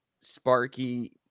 Sparky